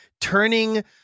turning